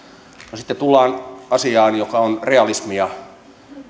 no sitten tullaan asiaan joka on realismia